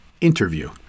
interview